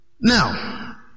Now